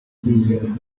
kwimurirwa